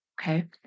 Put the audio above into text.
Okay